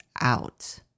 out